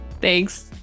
Thanks